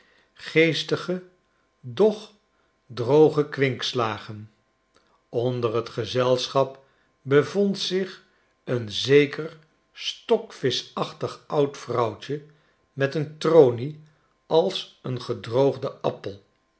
geestige doch droge kwinkslagen onder t gezelschap bevond zich een zeker stokvischachtig oud vrouwtje met een tronie als een gedroogde appel